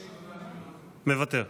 מוותר.